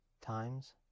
times